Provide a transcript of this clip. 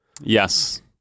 Yes